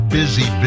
busy